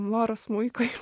loros smuikui